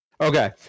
Okay